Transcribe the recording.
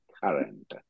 current